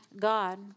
God